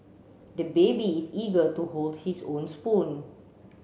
the baby is eager to hold his own spoon